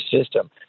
system